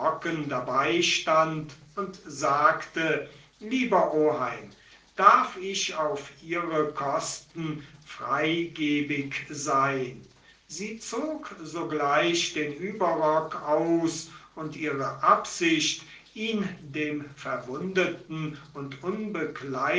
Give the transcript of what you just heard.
dabei stand und sagte lieber oheim darf ich auf ihre kosten freigebig sein sie zog sogleich den überrock aus und ihre absicht ihn dem verwundeten und